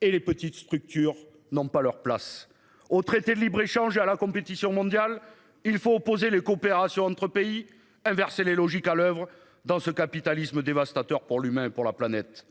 et les petites structures n'ont pas leur place au traité de libre-échange à la compétition mondiale, il faut opposer les coopérations entre pays inverser les logiques à l'oeuvre dans ce capitalisme dévastateur pour lui même pour la planète.